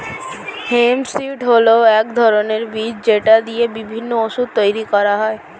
hemp seed হল এক ধরনের বীজ যেটা দিয়ে বিভিন্ন ওষুধ তৈরি করা হয়